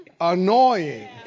annoying